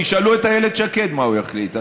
תשאלו את איילת שקד מה הוא יחליט.